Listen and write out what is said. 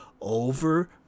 over